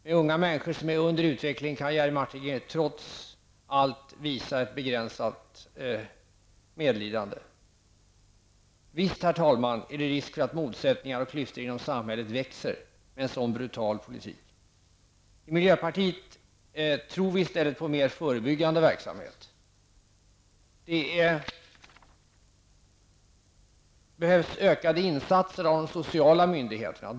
Med unga människor som är under utveckling kan Jerry Martinger trots allt visa begränsat medlidande. Visst, herr talman, är det risk för att motsättningar och klyftor i samhället växer med en sådan brutal politik. I miljöpartiet tror vi i stället på mer förebyggande verksamhet. Det behövs ökade insatser av de sociala myndigheterna.